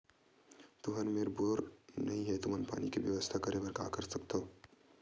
तुहर मेर बोर नइ हे तुमन पानी के बेवस्था करेबर का कर सकथव?